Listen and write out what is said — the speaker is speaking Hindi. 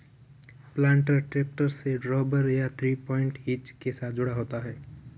प्लांटर ट्रैक्टर से ड्रॉबार या थ्री पॉइंट हिच के साथ जुड़ा होता है